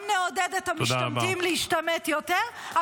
-- גם נעודד את המשתמטים להשתמט יותר,